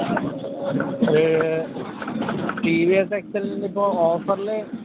E T V S എക്സ ലിന് ഇപ്പം ഓഫറിൽ